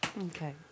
Okay